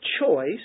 choice